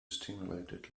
stimulated